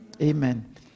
amen